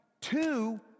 Two